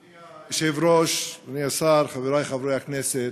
אדוני היושב-ראש, אדוני השר, חברי הכנסת,